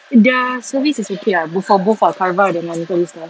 their service is okay ah both for both ah karva dengan pearlista